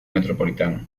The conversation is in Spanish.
metropolitano